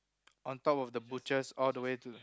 on top of the butchers all the way to